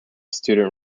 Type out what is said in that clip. student